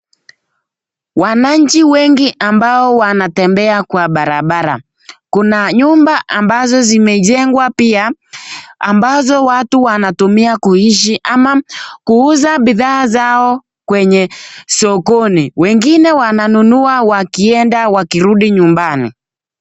Wananchi wengi ambao wanatembea kwa barabara, kuna nyumba ambazo zimejengwa pia ambazo watu wanatumia kuishi ama kuuza bidhaa zao kwenye sokoni, wengine wananunua wakienda wakirudi nyumbani.